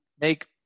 make –